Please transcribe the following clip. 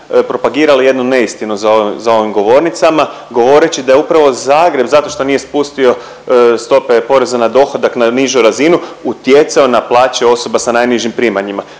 propagirali jednu neistinu za ovom govornicama govoreći da je upravo Zagreb zato što nije spustio poreza na dohodak na nižu razinu utjecao na plaće osoba sa najnižim primanjima